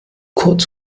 kurz